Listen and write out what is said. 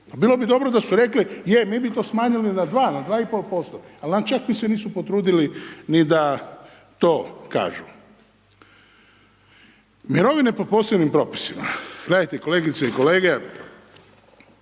bilo bi dobro da su rekli, je, mi bi to smanjili na 2, 2,5% ali oni čak se nisu ni potrudili ni da to kažu. Mirovine po posebnim propisima, gledajte kolegice i kolege,